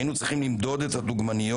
היינו צריכים למדוד את הדוגמניות,